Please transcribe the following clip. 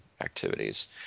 activities